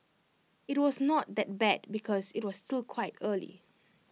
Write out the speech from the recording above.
IT was not that bad because IT was still quite early